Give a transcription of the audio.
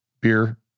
beer